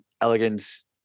Elegance